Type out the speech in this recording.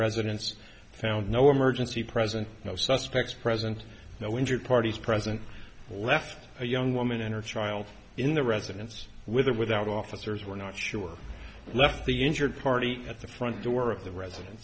found no emergency present no suspects present no injured parties present left a young woman and her child in the residence with or without officers we're not sure left the injured party at the front door of the residen